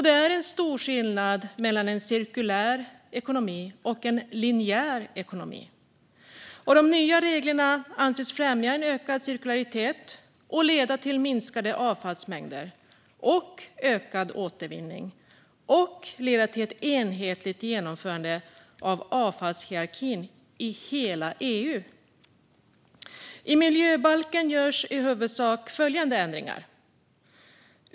Det är stor skillnad mellan en cirkulär ekonomi och en linjär ekonomi. De nya reglerna anses främja en ökad cirkularitet och leda till minskade avfallsmängder och ökad återvinning samt till ett enhetligt genomförande av avfallshierarkin i hela EU. I miljöbalken görs i huvudsak följande ändringar.